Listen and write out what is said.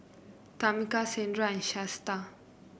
Tamica Sandra and Shasta